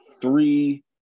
three